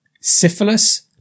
syphilis